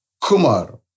Kumar